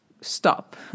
stop